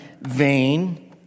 vain